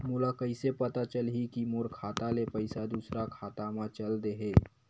मोला कइसे पता चलही कि मोर खाता ले पईसा दूसरा खाता मा चल देहे?